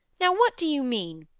now! what do you mean?